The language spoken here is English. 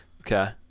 Okay